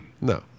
No